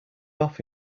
off